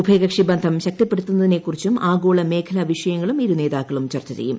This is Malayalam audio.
ഉഭയകക്ഷി ബന്ധം ശക്തിപ്പെടുത്തുന്നതിനെ ക്കുറിച്ചും ആഗോളമേഖലാ വിഷയങ്ങളും ഇരുനേതാക്കും ചർച്ചചെയും